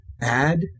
add